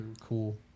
cool